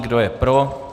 Kdo je pro?